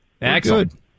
Excellent